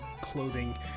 clothing